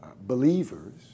believers